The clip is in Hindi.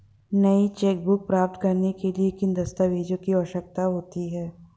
नई चेकबुक प्राप्त करने के लिए किन दस्तावेज़ों की आवश्यकता होती है?